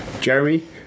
Jeremy